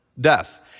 death